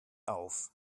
auf